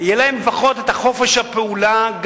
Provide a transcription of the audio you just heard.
יהיה להם לפחות חופש הפעולה,